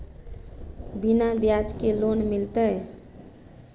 बिना ब्याज के लोन मिलते?